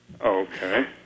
okay